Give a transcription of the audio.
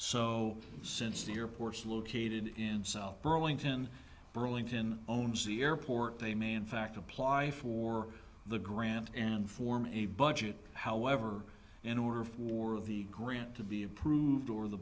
so since the airports located in south burlington burlington owns the airport they may in fact apply for the grant and form a budget however in order for the grant to be approved or the